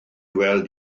weld